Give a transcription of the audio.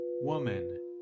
Woman